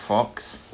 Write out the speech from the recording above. fox